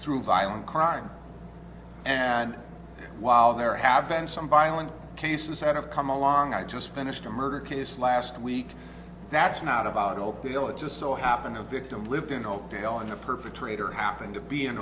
through violent crime and while there have been some violent cases that have come along i just finished a murder case last week that's not about o b l it just so happened a victim lived in oakdale and the perpetrator happened to be